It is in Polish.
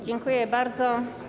Dziękuję bardzo.